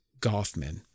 Goffman